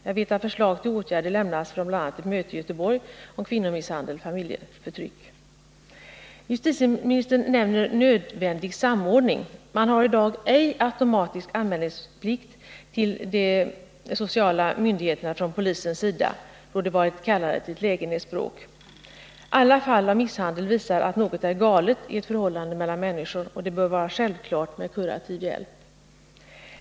Jag vet att förslag till åtgärder också har lämnats från bl.a. ett möte i Göteborg över ämnet kvinnomisshandel-familjeförtryck. Justitieministern talar om nödvändig samordning. Jag vill dock peka på att polisen i dag inte automatiskt har plikt att göra anmälan till de sociala myndigheterna, då de varit kallade till ett lägenhetsbråk. Men alla fall av misshandel visar ju att något är galet i ett förhållande mellan människor, och det bör då vara självklart med kurativ hjälp.